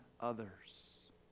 others